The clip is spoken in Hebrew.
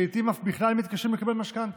שלעיתים אף בכלל מתקשים לקבל משכנתה,